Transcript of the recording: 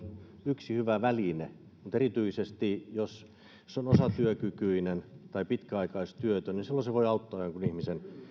yksi hyvä väline mutta erityisesti jos on osatyökykyinen tai pitkäaikaistyötön silloin se voi auttaa jonkun ihmisen